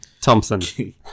Thompson